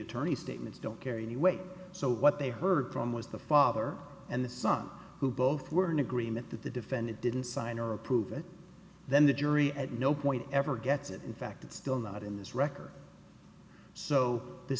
attorney statements don't carry any weight so what they heard from was the father and the son who both were in agreement that the defendant didn't sign or approve it then the jury at no point ever gets it in fact it's still not in this record so the